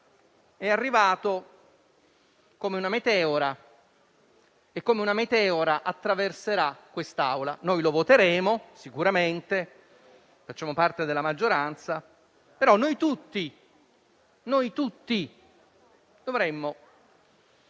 è arrivato come una meteora e come una meteora attraverserà quest'Assemblea. Noi lo voteremo sicuramente (facciamo parte della maggioranza). Noi tutti, però, dovremmo prestare